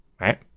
right